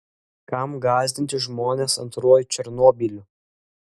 kam gąsdinti žmones antruoju černobyliu